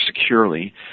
securely